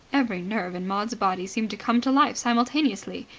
every nerve in maud's body seemed to come to life simultaneously.